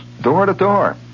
door-to-door